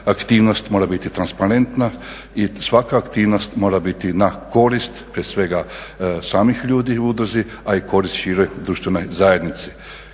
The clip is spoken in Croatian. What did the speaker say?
aktivnost mora biti transparentna i svaka aktivnost mora biti na korist prije svega samih ljudi u udruzi a i koristi široj društvenoj zajednici.